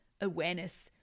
awareness